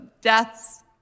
deaths